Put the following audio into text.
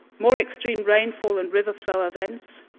more extreme rainfall and river flow events,